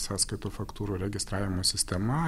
sąskaitų faktūrų registravimo sistema